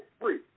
free